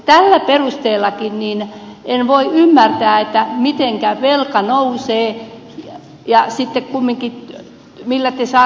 tällä perusteellakaan en voi ymmärtää mitenkä velka nousee ja millä te sitten kumminkin saatte tämän työttömyyden pudotettua alemmaksi